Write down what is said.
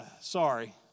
Sorry